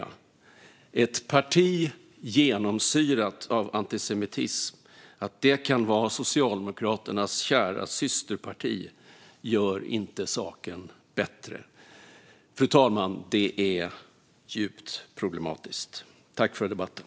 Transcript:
Att ett parti genomsyrat av antisemitism kan vara Socialdemokraternas kära systerparti gör inte saken bättre. Det är djupt problematiskt, fru talman. Tack för debatten.